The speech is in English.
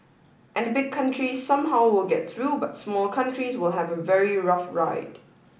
and big countries somehow will get through but small countries will have a very rough ride